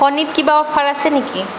কণীত কিবা অফাৰ আছে নেকি